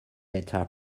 beta